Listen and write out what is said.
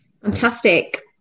fantastic